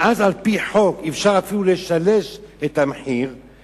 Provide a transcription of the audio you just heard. ואז על-פי חוק אפשר אפילו לשלש את המחיר,